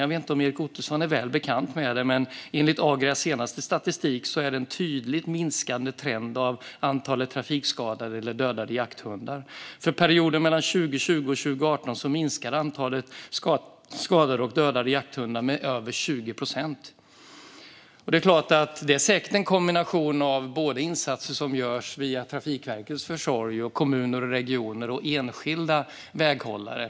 Jag vet inte om Erik Ottoson är bekant med det, men enligt Agrias statistik är det en tydligt minskande trend gällande antalet trafikskadade eller dödade jakthundar. För perioden mellan 2018 och 2020 minskade antalet skadade och dödade jakthundar med över 20 procent. Det handlar säkert om en kombination av insatser som görs genom Trafikverkets försorg, av kommuner och regioner och av enskilda väghållare.